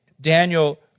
Daniel